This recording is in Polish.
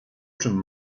czym